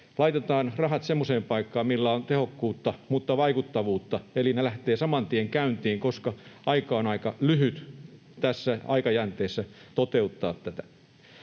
laitetaan rahat semmoiseen paikkaan, missä on tehokkuutta mutta myös vaikuttavuutta, että ne lähtevät saman tien käyntiin, koska aika on aika lyhyt tässä aikajänteessä toteuttaa tätä.